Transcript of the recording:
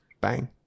Bang